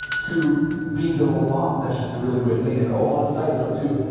to being their own boss, and that's just a really great thing. and oh, on a side note too.